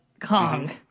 Kong